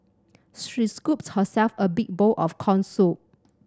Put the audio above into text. she scooped herself a big bowl of corn soup